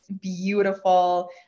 beautiful